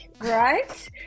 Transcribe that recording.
right